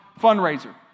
fundraiser